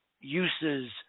uses